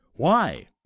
why?